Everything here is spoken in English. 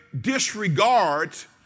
disregards